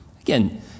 Again